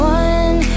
one